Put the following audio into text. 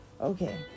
Okay